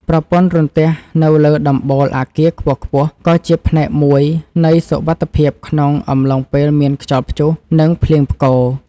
ប្រព័ន្ធរន្ទះនៅលើដំបូលអគារខ្ពស់ៗក៏ជាផ្នែកមួយនៃសុវត្ថិភាពក្នុងអំឡុងពេលមានខ្យល់ព្យុះ និងភ្លៀងផ្គរ។